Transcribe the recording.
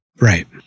Right